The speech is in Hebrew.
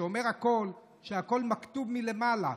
שאומר שהכול מכּתוּבּ מלמעלה.